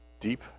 deep